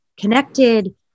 connected